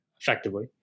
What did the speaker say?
effectively